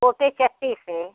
छोटे चक्की से